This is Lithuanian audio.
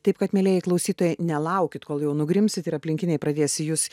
taip kad mielieji klausytojai nelaukit kol jau nugrimsit ir aplinkiniai pradės į jus